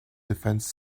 defence